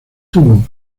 tubo